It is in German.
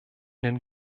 den